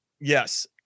Yes